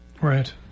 Right